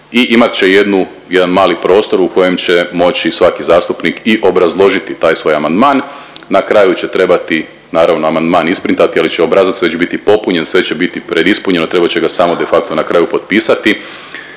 i imat će jednu, jedan mali prostor u kojem će moći svaki zastupnik i obrazložiti taj svoj amandman, na kraju će trebati naravno amandman isprintati, ali će obrazac već biti popunjen, sve će biti pred ispunjeno, trebat će ga samo de facto na kraju potpisati